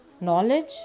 knowledge